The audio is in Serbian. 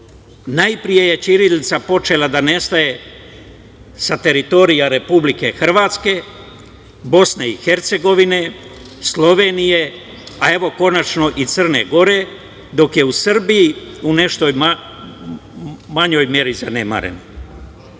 Najpre je ćirilica počela da nestaje sa teritorija Republike Hrvatske, BiH, Slovenije, a evo, konačno i Crne Gore, dok je u Srbiji u nešto manjoj meri zanemaren. Nakon